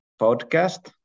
podcast